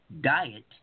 diet